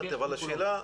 אבל השאלה,